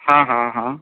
ହଁ ହଁ ହଁ